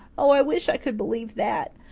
oh, i wish i could believe that.